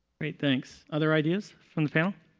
great. thanks. other ideas from the panel?